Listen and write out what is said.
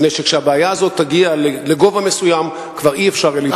מפני שכשהבעיה הזאת תגיע לגובה מסוים כבר לא יהיה אפשר להתמודד אתה.